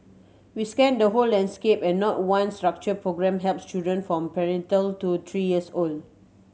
we scanned the whole landscape and not one structured programme helps children from prenatal to three years old